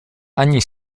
ani